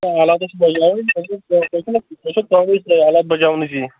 آلاتَے چھِ بَجاوٕنۍ تۄہہِ چھو کٲمٕے تۄہہِ چھو کٲمٕے سۄے آلات بَجاونٕچی